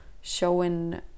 showing